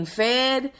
fed